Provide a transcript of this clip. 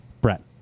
Brett